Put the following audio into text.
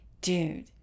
dude